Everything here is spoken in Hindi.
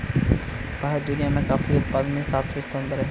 भारत दुनिया में कॉफी उत्पादन में सातवें स्थान पर है